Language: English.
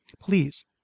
Please